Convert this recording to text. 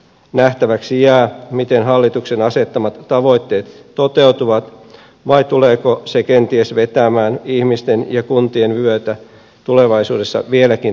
nähtäväksi jää miten hallituksen asettamat tavoitteet toteutuvat vai tuleeko se kenties vetämään ihmisten ja kuntien vyötä tulevaisuudessa vieläkin tiukemmalle